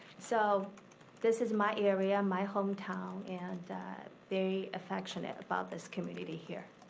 so this is my area, my home town, and very affectionate about this community here.